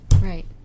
Right